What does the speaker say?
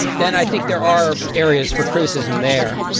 then i think there are areas for criticism there.